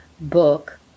book